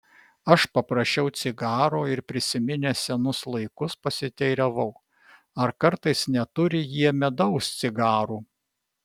aš paprašiau cigaro ir prisiminęs senus laikus pasiteiravau ar kartais neturi jie medaus cigarų